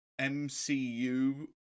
MCU